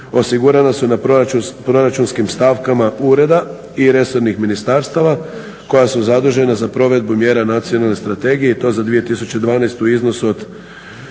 osigurana su na proračunskim stavkama ureda i resornih ministarstava koja su zadužena za provedbu mjera nacionalne strategije i to za 2012. u iznosu od